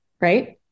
Right